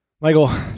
Michael